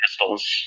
pistols